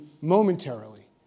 momentarily